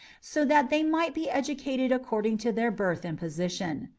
so that they might be educated according to their birth and position.